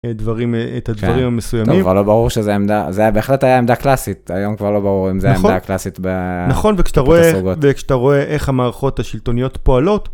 דברים את הדברים המסוימים. טוב, כבר לא ברור שזה עמדה, זה בהחלט היה עמדה קלאסית היום, כבר לא ברור אם זה עמדה קלאסית... נכון, וכשאתה רואה וכשאתה רואה איך המערכות השלטוניות פועלות.